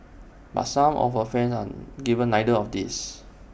but some of her friends are given neither of these